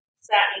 satin